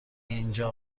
اینجا